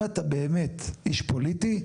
אם אתה באמת איש פוליטי,